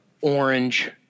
orange